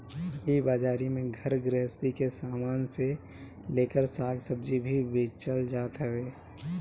इ बाजारी में घर गृहस्ती के सामान से लेकर साग सब्जी भी बेचल जात हवे